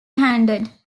handed